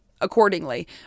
accordingly